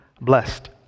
blessed